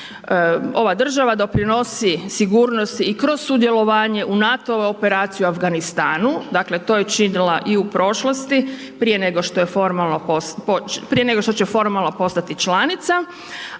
Ova država doprinosi sigurnosti i kroz sudjelovanje u NATO-vu operaciju u Afganistanu, dakle, to je činila i u prošlosti prije nego što će formalno postati članica,